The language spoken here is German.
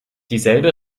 dieselbe